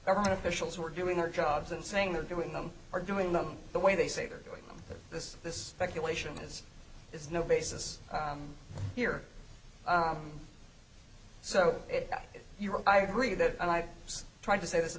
government officials who are doing their jobs and saying they're doing them are doing them the way they say they're doing this this speculation is has no basis here so if you or i agree that and i've tried to say this at